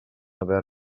haver